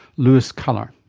lewis kuller.